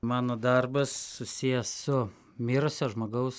mano darbas susijęs su mirusio žmogaus